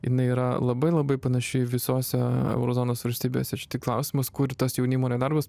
jinai yra labai labai panaši visose euro zonos valstybės ir čia tik klausimas kur tas jaunimo nedarbas